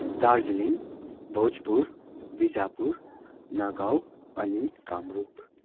दार्जिलिङ भोजपुर बिजापुर नवगाउँ अनि कामरूप